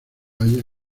haya